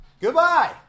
Goodbye